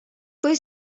kui